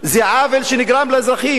זה עוול שנגרם לאזרחים,